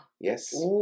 Yes